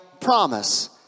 Promise